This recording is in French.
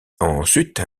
ensuite